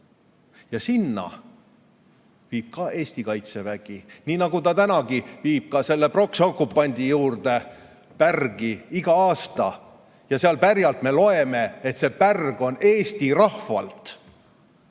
Ja sinna viib ka Eesti Kaitsevägi, nii nagu ta viib pronksokupandi juurde, pärgi igal aastal ja sellelt pärjalt me loeme, et see pärg on Eesti rahvalt.